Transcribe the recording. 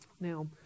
Now